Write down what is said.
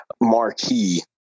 marquee